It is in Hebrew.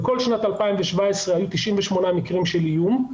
בכל שנת 2017 היו 98 מקרים של איום,